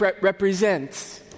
represents